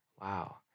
Wow